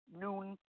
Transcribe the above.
noon